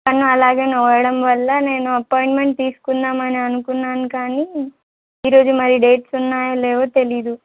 కానీ అలాగే నొవ్వడం వల్ల నేను అపాయింట్మెంట్ తీసుకుందాం అని అనుకున్నాను కానీ ఈరోజు మరి డేట్స్ ఉన్నాయో లేవో తెలియదు